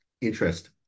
interest